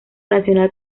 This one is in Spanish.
nacional